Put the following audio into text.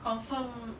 confirm